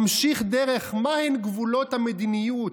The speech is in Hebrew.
ממשיך דרך מהם גבולות המדיניות,